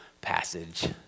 passage